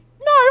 no